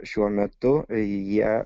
šiuo metu jie